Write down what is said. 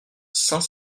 saint